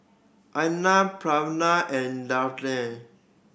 Arnab Pranav and